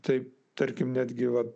taip tarkim netgi vat